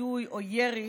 היא לא יודעת מה היא אמרה.